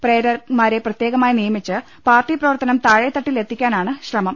പ്രേരക്മാരെ പ്രത്യേകമായി നിയമിച്ച് പാർട്ടി പ്രവർത്തനം താഴെതട്ടിൽ എത്തിക്കാനാണ് ശ്രമം